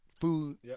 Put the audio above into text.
food